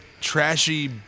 trashy